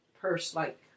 purse-like